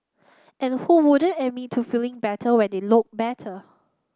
and who wouldn't admit to feeling better when they look better